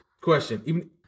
Question